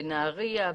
בנהריה,